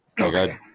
Okay